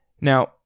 Now